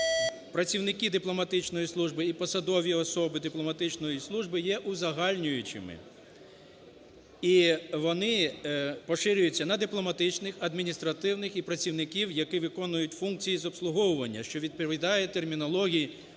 "працівники дипломатичної служби" і "посадові особи дипломатичної служби" є узагальнюючими. І вони поширюються на дипломатичних, адміністративних і працівників, які виконують функції з обслуговування, що відповідає термінології,